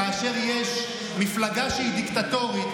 כאשר יש מפלגה שהיא דיקטטורית,